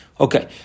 Okay